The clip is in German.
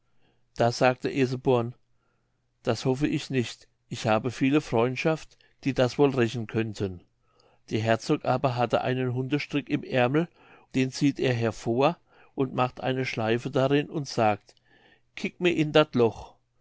da sagte eseborn das hoffe ich nicht ich habe viele freundschaft die das wohl rächen könnten der herzog aber hatte einen hundestrick im ermel den zieht er hervor und macht eine schleife darin und sagt kiek my in dat loch